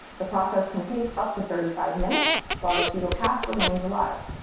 the process can take up to thirty five minutes while the fetal calf remains alive.